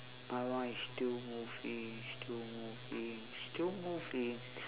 my one is still moving still moving still moving